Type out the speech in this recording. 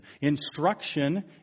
Instruction